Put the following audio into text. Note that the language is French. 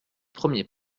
premier